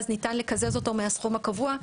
אז ניתן לקזז אותו מהסכום הקבוע.